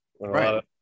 Right